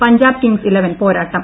Punjab Kings Eleven പോരാട്ടം